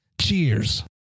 Cheers